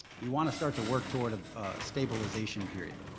you want to start to work towards a stabilization period.